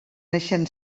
neixen